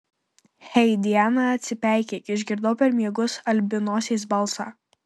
hei diana atsipeikėk išgirdau per miegus albinosės balsą